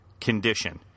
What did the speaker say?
condition